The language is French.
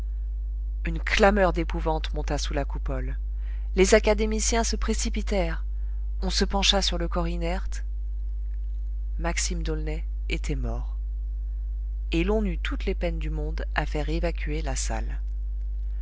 une clameur d'épouvante monta sous la coupole les académiciens se précipitèrent on se pencha sur le corps inerte maxime d'aulnay était mort et l'on eut toutes les peines du monde à faire évacuer la salle